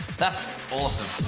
that's awesome.